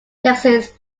texas